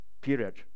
period